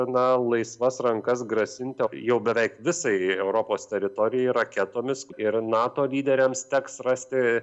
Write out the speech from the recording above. gana laisvas rankas grasinti jau beveik visai europos teritorijai raketomis ir nato lyderiams teks rasti